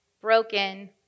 broken